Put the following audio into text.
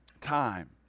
time